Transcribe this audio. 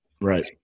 Right